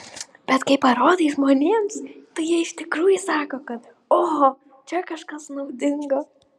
bet kai parodai žmonėms tai jie iš tikrųjų sako kad oho čia kažkas naudingo